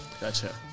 Gotcha